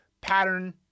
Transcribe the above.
pattern